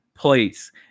place